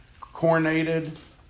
coronated